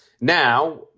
Now